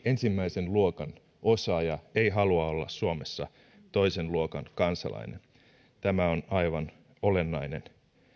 ensimmäisen luokan osaaja ei halua olla suomessa toisen luokan kansalainen tämä on aivan olennainen